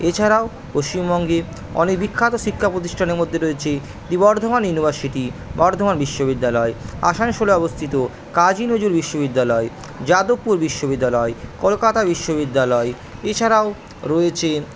এছাড়াও পশ্চিমবঙ্গের অনেক বিখ্যাত শিক্ষা প্রতিষ্ঠানের মধ্যে রয়েছে দি বর্ধমান ইউনিভার্সিটি বর্ধমান বিশ্ববিদ্যালয় আসানসোলে অবস্থিত কাজি নজরুল বিশ্ববিদ্যালয় যাদবপুর বিশ্ববিদ্যালয় কলকাতা বিশ্ববিদ্যালয় এছাড়াও রয়েছে